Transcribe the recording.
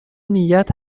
نیت